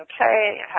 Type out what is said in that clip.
okay